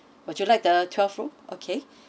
would do you like the twelfth floor okay